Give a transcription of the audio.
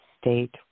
state